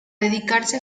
dedicarse